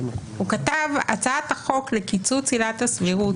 הוא כתב: הצעת החוק לקיצוץ עילת הסבירות